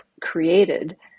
created